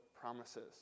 promises